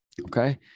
Okay